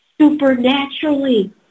Supernaturally